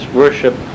worship